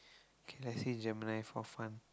can I say Gemini for fun